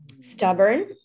stubborn